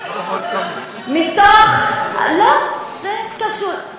מתוך, לא, זה קשור.